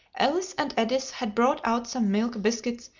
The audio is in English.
alice and edith had brought out some milk, biscuits,